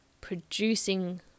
producing